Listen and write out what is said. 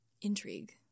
Intrigue